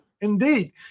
Indeed